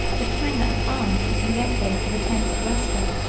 the clangor of arms was reechoed to the tent of rustam,